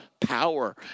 power